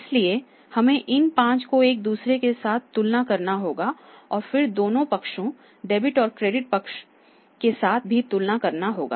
इसलिए हमें इन 5 को एक दूसरे के साथ तुलना करना होगा और फिर दोनों पक्षों डेबिट और क्रेडिट पक्ष के साथ भी तुलना करना होगा